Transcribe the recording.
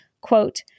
quote